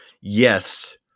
yes